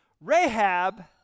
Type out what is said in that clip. Rahab